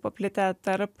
paplitę tarp